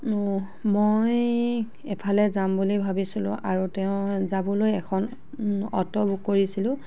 মই এফালে যাম বুলি ভাবিছিলোঁ আৰু তেওঁ যাবলৈ এখন অট' বুক কৰিছিলোঁ